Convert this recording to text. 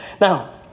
Now